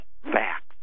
facts